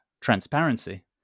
transparency